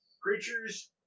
creatures